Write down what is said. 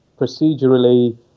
procedurally